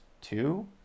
two